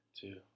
two